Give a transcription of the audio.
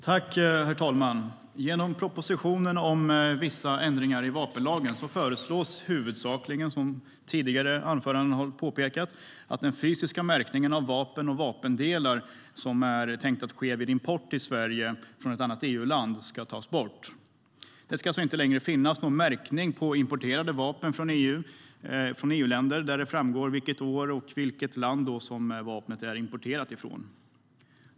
Herr talman! Genom propositionen om vissa ändringar i vapenlagen föreslås huvudsakligen, som tidigare talare har pekat på, att den fysiska märkning av vapen och vapendelar som är tänkt att ske vid import till Sverige från annat EU-land ska tas bort. Det ska alltså inte längre finnas någon märkning på vapen importerade från EU-länder där det framgår vilket år och från vilket land vapnet är importerat.